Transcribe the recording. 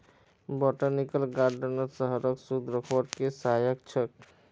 botanical गार्डनो शहरक शुद्ध रखवार के सहायक ह छेक